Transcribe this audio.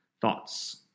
Thoughts